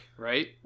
right